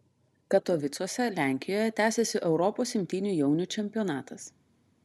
katovicuose lenkijoje tęsiasi europos imtynių jaunių čempionatas